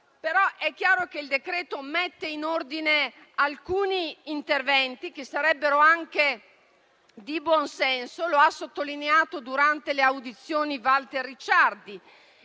però è chiaro che il decreto-legge in esame mette in ordine alcuni interventi che sarebbero anche di buon senso; lo ha sottolineato durante le audizioni Walter Ricciardi,